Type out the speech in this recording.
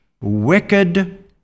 wicked